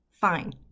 Fine